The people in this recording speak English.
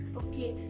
okay